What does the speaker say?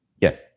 Yes